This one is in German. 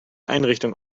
einrichtung